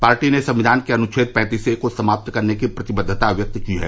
party ने संविधान के अनुच्छेद पैंतीस ए को समाप्त करने की प्रतिबद्वता व्यक्त की है